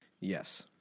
Yes